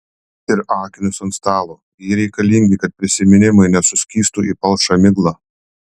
ir akinius ant stalo jie reikalingi kad prisiminimai nesuskystų į palšą miglą